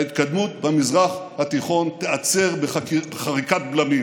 ההתקדמות במזרח התיכון תיעצר בחריקת בלמים.